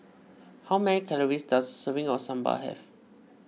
how many calories does a serving of Sambar have